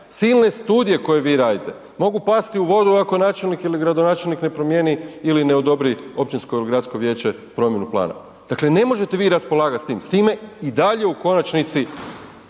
Silne studije koje vi radite mogu pasti u vodu ako načelnik ili gradonačelnik ne promijeni ili ne odobri općinsko ili gradsko vijeće promjenu plana. Dakle, ne možete vi raspolagat s tim, s time i dalje u konačnici,